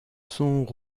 sont